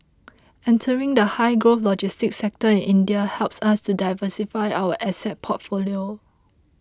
entering the high growth logistics sector in India helps us to diversify our asset portfolio